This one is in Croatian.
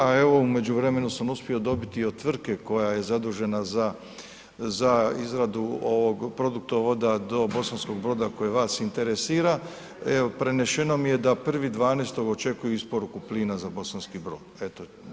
A evo u međuvremenu sam uspio dobiti od tvrtke koja je zadužena za izradu ovog produktovoda do Bosanskog Broda koji vas interesira, evo, preneseno mi je da 1.12. očekuju isporuku plina za Bosanski Brod, eto da znate.